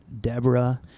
Deborah